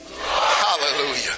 Hallelujah